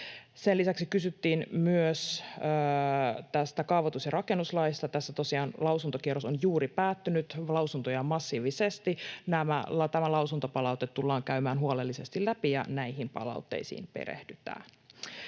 Sen lisäksi kysyttiin myös tästä kaavoitus- ja rakennuslaista. Tässä tosiaan lausuntokierros on juuri päättynyt, lausuntoja on massiivisesti. Tämä lausuntopalaute tullaan käymään huolellisesti läpi ja näihin palautteisiin perehdytään.